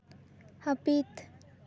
ᱦᱟᱹᱯᱤᱫ